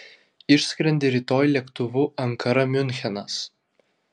išskrendi rytoj lėktuvu ankara miunchenas